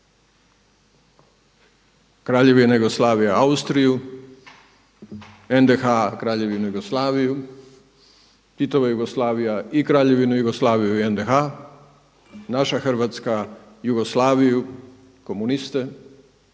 Kraljevina Jugoslavija Austriju, NDH Kraljevinu Jugoslaviju, Titova Jugoslavija i Kraljevinu Jugoslaviju i NDH, naša Hrvatska Jugoslaviju, komuniste,